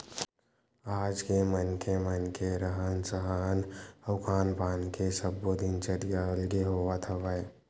आज के मनखे मन के रहन सहन अउ खान पान के सब्बो दिनचरया अलगे होवत हवय